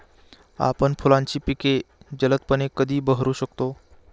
आपण फुलांची पिके जलदपणे कधी बहरू शकतो?